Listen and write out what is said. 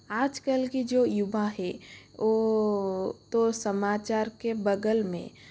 आजकल के जो युवा है वह तो समाचार के बगल में